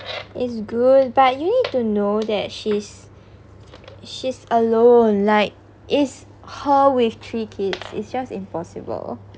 is good but you need to know that she's she's alone like is her with three kids it's just impossible